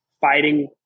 fighting